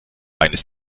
eines